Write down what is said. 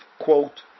quote